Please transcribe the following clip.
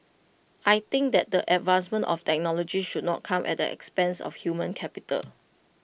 I think that the advancement of technology should not come at the expense of human capital